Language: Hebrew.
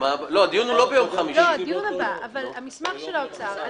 על המסמך של האוצר.